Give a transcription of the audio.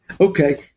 Okay